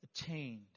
attained